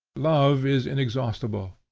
love is inexhaustible,